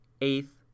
eighth